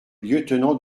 lieutenant